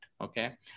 okay